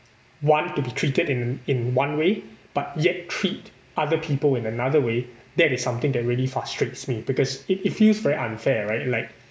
want to be treated in in one way but yet treat other people in another way that is something that really frustrates me because it it feels very unfair right like